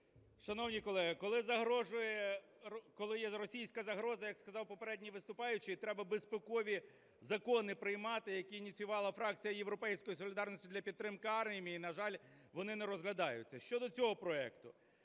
загрожує… Коли є російська загроза, як сказав попередній виступаючий, треба безпекові закони приймати, які ініціювала фракція "Європейської солідарності", для підтримки армії, і, на жаль, вони не розглядаються. Що цього проекту.